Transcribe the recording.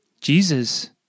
Jesus